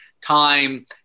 time